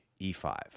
e5